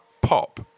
pop